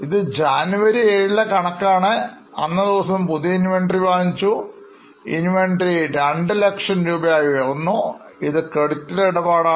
ഇത് ജനുവരി 7 ലെ കണക്കാണ് അന്നേദിവസം പുതിയ Inventories വാങ്ങി Inventories 200000 ആയി ഉയർന്നു ഇത് ക്രെഡിറ്റിലെ ഇടപാടാണ്